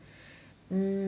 mm